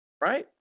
Right